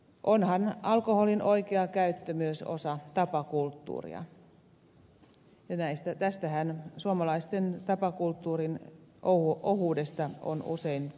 onhan alkoholin oikea käyttö myös osa tapakulttuuria ja tästä suomalaisten tapakulttuurin ohuudesta on usein puhuttu